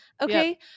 Okay